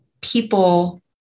people